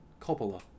Coppola